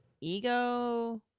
Ego